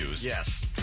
Yes